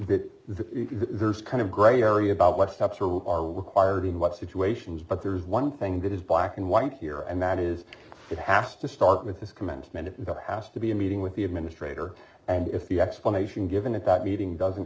that there's kind of gray area about what steps are required in what situations but there is one thing that is black and white here and that is it has to start with this commencement of the house to be a meeting with the administrator and if the explanation given at that meeting doesn't